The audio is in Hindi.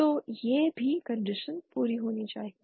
तो यह भी कंडीशन पूरी होनी चाहिए